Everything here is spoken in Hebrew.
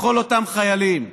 לכל אותם חיילים,